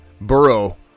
Burrow